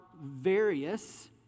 various